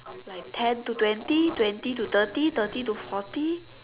like ten to twenty twenty to thirty thirty to forty